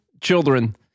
children